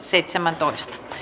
merkitään